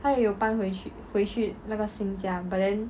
他也有搬回去回去那个新家 but then